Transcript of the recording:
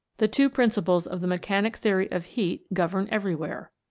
the two principles of the mechanic theory of heat govern everywhere.